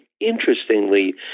interestingly